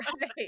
Right